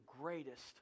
greatest